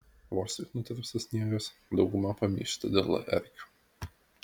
vos tik nutirpsta sniegas dauguma pamyšta dėl erkių